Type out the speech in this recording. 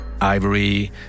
Ivory